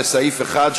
לסעיף 1,